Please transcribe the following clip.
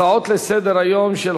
הצעות לסדר-היום מס'